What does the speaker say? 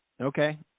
Okay